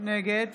נגד